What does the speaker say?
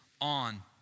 on